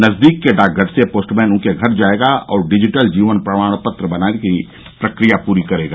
नजदीक के डाकघर से पोस्टमैन उनके घर जाएगा और डिजिटल जीवन प्रमाणपत्र बनाने की प्रक्रिया पूरी करेगा